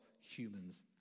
humans